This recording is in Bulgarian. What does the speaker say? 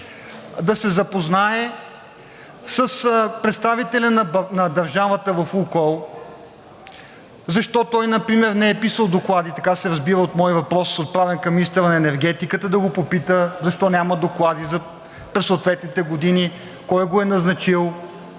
да се запознае с представителя на държавата в „Лукойл“, защо той например не е писал доклади, така се разбира от моя въпрос, отправен към министъра на енергетиката, да го попита защо няма доклади за съответните години, кой го е назначил,